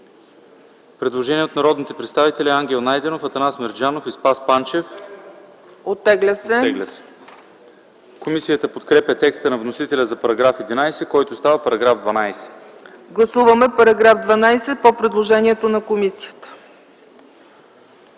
Предложение от народните представители Ангел Найденов, Атанас Мерджанов и Спас Панчев. Оттегля се. Комисията подкрепя текста на вносителя за § 11, който става § 12. ПРЕДСЕДАТЕЛ ЦЕЦКА ЦАЧЕВА: Гласуваме § 12 по предложението на комисията.